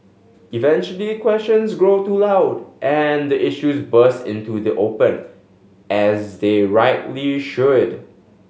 eventually questions grow too loud and the issues burst into the open as they rightly should